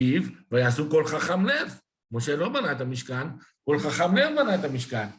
והיו עשו כל חכם לב, משה לא בנה את המשכן, כל חכם לב בנה את המשכן.